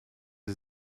sie